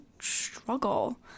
struggle